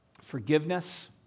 forgiveness